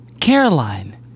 Caroline